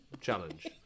challenge